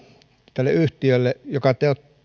tälle yhtiölle joka